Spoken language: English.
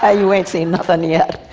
ah you ain't seen nothing yet.